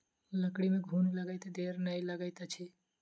लकड़ी में घुन लगैत देर नै लगैत अछि